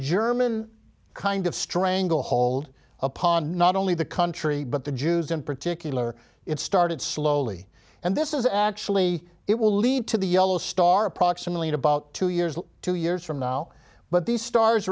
german kind of stranglehold upon not only the country but the jews in particular it started slowly and this is actually it will lead to the yellow star approximately in about two years two years from now but these stars